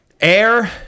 air